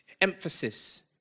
emphasis